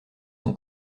son